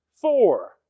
Four